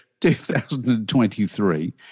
2023